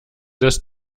des